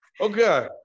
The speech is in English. Okay